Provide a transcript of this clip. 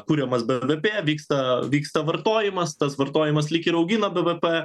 kuriamas bvp vyksta vyksta vartojimas tas vartojimas lyg ir augina bvp